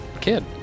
kid